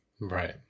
right